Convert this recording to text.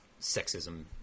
sexism